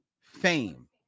Fame